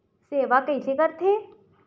सेवा कइसे करथे?